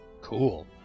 Cool